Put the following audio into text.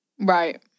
Right